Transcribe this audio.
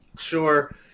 Sure